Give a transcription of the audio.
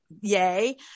yay